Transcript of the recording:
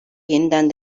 yeniden